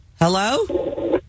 Hello